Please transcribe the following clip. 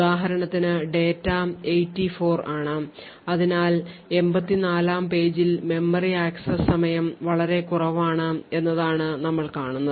ഉദാഹരണത്തിന് ഡാറ്റ 84 ആണ് അതിനാൽ 84 ആം പേജിൽ മെമ്മറി ആക്സസ് സമയം വളരെ കുറവാണ് എന്നതാണ് നമ്മൾ കാണുന്നത്